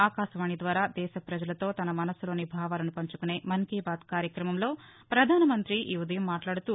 ఆకాశవాణి ద్వారా దేశప్రజలతో తన మనసులోని భావాలను పంచుకునే మన్కీబాత్ కార్యక్రమంలో ప్రధానమంతి ఈ ఉదయం మాట్లాడుతూ